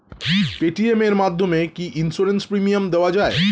Paytm এর মাধ্যমে কি ইন্সুরেন্স প্রিমিয়াম দেওয়া যায়?